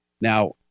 Now